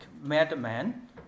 madman